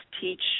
teach